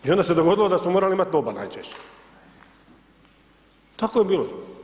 I onda se dogodilo da smo morali imat oba najčešće, tako je bilo.